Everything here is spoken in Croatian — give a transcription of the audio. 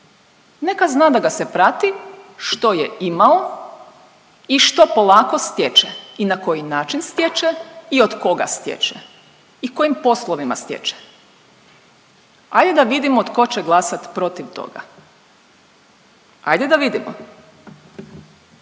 Neka zna da ga se prati što je imao i što polako stječe i na koji način stječe i od koga stječe i kojim poslovima stječe. Hajde da vidimo tko će glasat protiv toga? Hajde da vidimo.